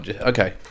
okay